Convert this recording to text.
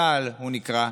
צה"ל הוא נקרא,